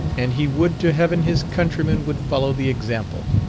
and he would to heaven his countrymen would follow the example.